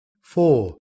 four